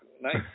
Nice